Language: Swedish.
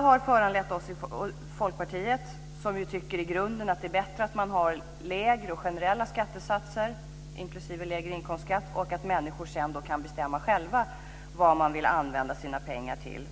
Vi i Folkpartiet tycker i grunden att det är bättre att man har lägre och generella skattesatser, inklusive en lägre inkomstskatt, och att människor sedan kan bestämma själva vad de vill använda sina pengar till.